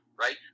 Right